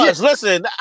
listen